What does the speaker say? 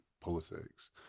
politics